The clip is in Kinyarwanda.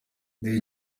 ndi